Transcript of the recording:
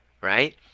right